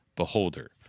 beholder